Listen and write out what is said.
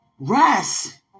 Rest